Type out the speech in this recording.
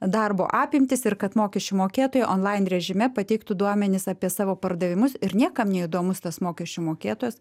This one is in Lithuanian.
darbo apimtis ir kad mokesčių mokėtojai onlain režime pateiktų duomenis apie savo pardavimus ir niekam neįdomus tas mokesčių mokėtojas